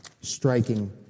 striking